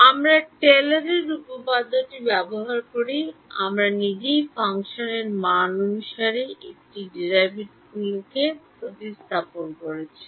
আমরা টেলরের উপপাদ্যটি ব্যবহার করি আমরা নিজেই ফাংশন মান অনুসারে একটি ডেরাইভেটিভকে প্রতিস্থাপন করেছি